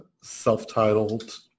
self-titled